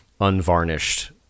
unvarnished